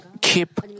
keep